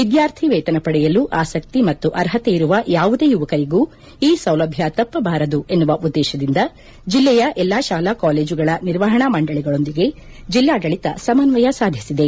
ವಿದ್ದಾರ್ಥಿ ವೇತನ ಪಡೆಯಲು ಆಸಕ್ತಿ ಮತ್ತು ಅರ್ಹತೆಯಿರುವ ಯಾವುದೇ ಯುವಕರಿಗೂ ಈ ಸೌಲಭ್ಞ ತಪ್ಪಬಾರದು ಎನ್ನುವ ಉದ್ದೇಶದಿಂದ ಜಿಲ್ಲೆಯ ಎಲ್ಲಾ ಶಾಲಾ ಕಾಲೇಜುಗಳ ನಿರ್ವಹಣಾ ಮಂಡಳಗಳೊಂದಿಗೆ ಜಿಲ್ಲಾಡಳಿತ ಸಮನ್ನಯ ಸಾಧಿಸಿದೆ